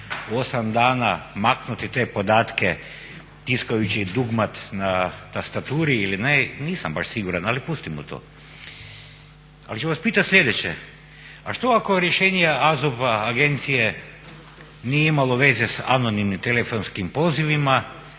osam dana maknuti te podatke tiskajući dugmad na tastaturi ili ne nisam baš siguran, ali pustimo to. Ali ću vas pitati sljedeće, a što ako rješenje AZOP-a nije imalo veze s anonimnim telefonskim pozivima